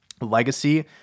legacy